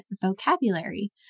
vocabulary